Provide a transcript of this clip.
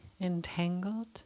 entangled